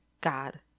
God